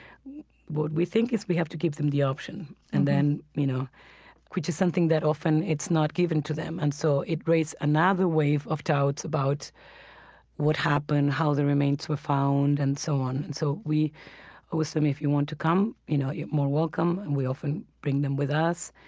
what we think is we have to give them the option, and then you know which is something that often it's not given to them and so it raises another wave of doubts about what happened, how the remains were found, and so on. and so we always say, if you want to come, you know you're welcome, and we often bring them with us.